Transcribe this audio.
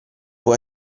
può